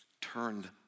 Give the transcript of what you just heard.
turned